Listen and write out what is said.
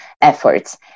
efforts